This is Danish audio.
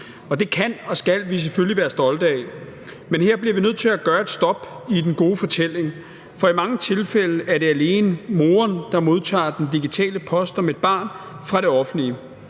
det kan og skal vi selvfølgelig være stolte af. Men her bliver vi nødt til at gøre et stop i den gode fortælling, for i mange tilfælde er det alene moren, der modtager den digitale post om et barn fra det offentlige.